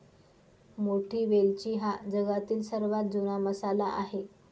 मोठी वेलची हा जगातील सर्वात जुना मसाला आहे